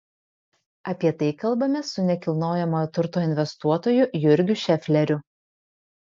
apie tai kalbamės su nekilnojamojo turto investuotoju jurgiu šefleriu